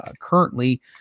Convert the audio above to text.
currently